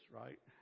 right